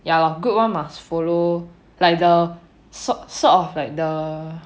ya lah good one must follow like the sort sort of like the